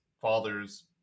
Father's